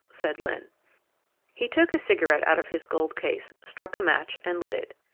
said lyne. he took a cigarette out of his gold case, struck a match and lit it.